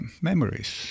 memories